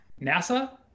NASA